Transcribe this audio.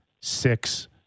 six